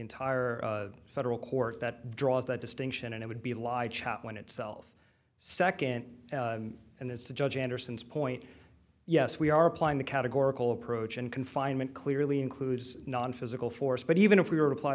entire federal court that draws that distinction and it would be light chop when itself second and it's to judge anderson's point yes we are applying the categorical approach and confinement clearly includes nonphysical force but even if we were to